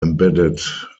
embedded